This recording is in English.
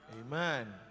Amen